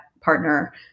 partner